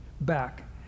back